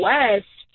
West